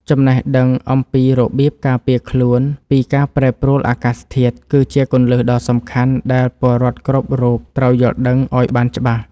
ចំណេះដឹងអំពីរបៀបការពារខ្លួនពីការប្រែប្រួលអាកាសធាតុគឺ ជាគន្លឹះដ៏សំខាន់ដែលពលរដ្ឋគ្រប់រូបត្រូវយល់ដឹងឱ្យបានច្បាស់។